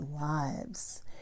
lives